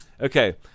Okay